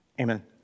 amen